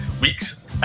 weeks